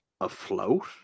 afloat